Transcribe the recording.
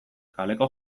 kaleko